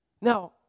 Now